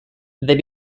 they